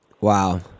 Wow